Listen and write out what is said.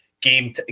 game